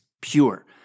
pure